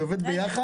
זה עובד ביחד.